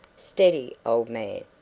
steady, old man!